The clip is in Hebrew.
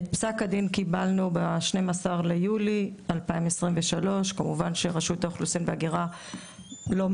את פסק הדין קיבלנו ב-12 ביולי 2023. כמובן שרשות האוכלוסין וההגירה לומדת,